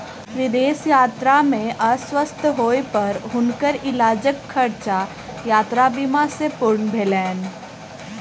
विदेश यात्रा में अस्वस्थ होय पर हुनकर इलाजक खर्चा यात्रा बीमा सॅ पूर्ण भेलैन